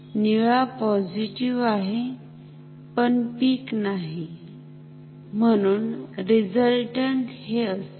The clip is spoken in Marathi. निळा पॉझिटिव्ह आहे पण पीक नाही म्हणून रिझल्टन्ट हे असेल